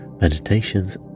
meditations